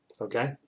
okay